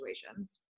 situations